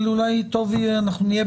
אבל נהיה בקשר,